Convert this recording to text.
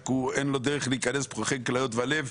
רק אין לו דרך להיכנס בוחן כליות ולב,